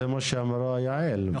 זה מה שאמרה יעל.